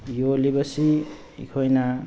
ꯌꯣꯜꯂꯤꯕꯁꯤ ꯑꯩꯈꯣꯏꯅ